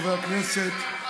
חברי הכנסת,